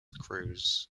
crews